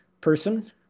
person